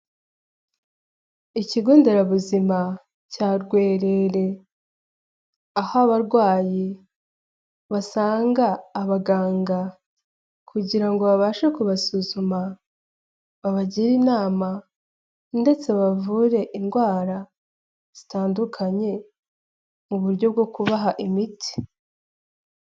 Ikigonderabuzima cya Rwerere, aho abarwayi basanga abaganga kugira ngo babashe kubasuzuma, babagire inama ndetse babavure indwara zitandukanye mu buryo bwo kubaha imiti.